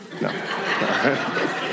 No